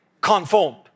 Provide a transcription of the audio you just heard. conformed